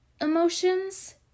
emotions